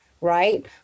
right